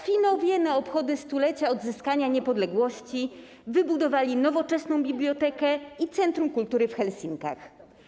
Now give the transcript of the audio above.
Finowie na obchody 100-lecia odzyskania niepodległości wybudowali nowoczesną bibliotekę i centrum kultury w Helsinkach.